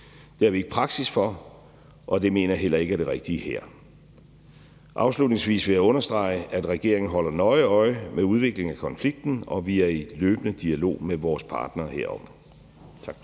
Det har vi ikke praksis for, og det mener jeg heller ikke er det rigtige her. Afslutningsvis vil jeg understrege, at regeringen holder nøje øje med udviklingen af konflikten og vi er i løbende dialog med vores partnere herom. Tak.